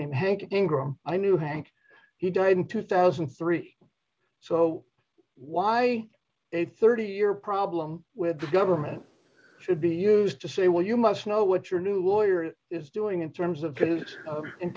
named hank ingram i knew hank he died in two thousand and three so why a thirty year problem with the government should be used to say well you must know what your new lawyer is doing in terms